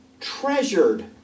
treasured